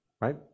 Right